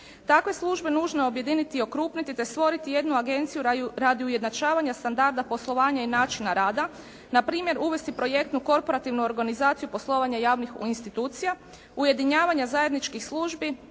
službe nužno je objediniti i okrupniti te stvoriti jednu agenciju radi ujednačavanja standarda poslovanja i načina rada npr. uvesti projektnu korporativnu organizaciju poslovanja javnih institucija, ujedinjavanja zajedničkih službi